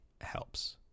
helps